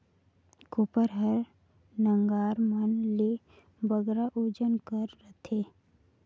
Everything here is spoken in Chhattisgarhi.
कोपर हर नांगर मन ले बगरा ओजन कर रहथे